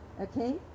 Okay